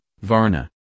Varna